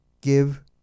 give